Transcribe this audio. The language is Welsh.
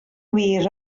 wir